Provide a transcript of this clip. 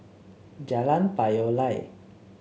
Jalan Payoh Lai